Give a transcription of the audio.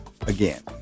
Again